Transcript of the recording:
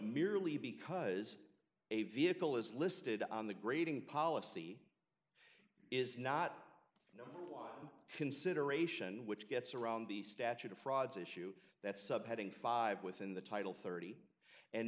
merely because a vehicle is listed on the grading policy is not a consideration which gets around the statute of frauds issue that subheading five within the title thirty and